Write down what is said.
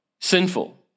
sinful